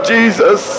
Jesus